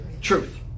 Truth